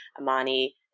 Amani